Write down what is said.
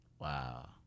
Wow